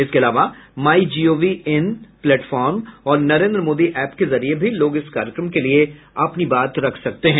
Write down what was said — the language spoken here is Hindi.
इसके अलावा माई जीओवी इन प्लेटफॉर्म और नरेन्द्र मोदी एप के जरिये भी लोग इस कार्यक्रम के लिए अपनी बात रख सकते हैं